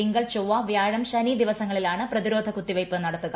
തിങ്കൾ ചൊവ്വ വ്യാഴം ശനി ദിവസങ്ങളിലാണ് പ്രതിരോധ കൂത്തിവെയ്പ് നടത്തുക